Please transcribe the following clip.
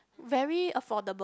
very affordable